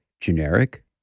generic